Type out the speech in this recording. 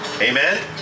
Amen